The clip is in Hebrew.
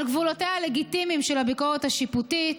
על גבולותיה הלגיטימיים של הביקורת השיפוטית